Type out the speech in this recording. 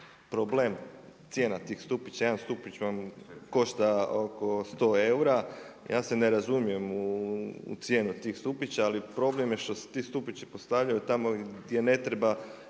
problem cijena tih stupića. Jedan stupić vam košta oko 100 eura, ja se ne razumijem u cijenu tih stupića, ali problem je što se ti stupići postavljaju tamo gdje ne treba